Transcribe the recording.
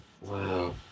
Wow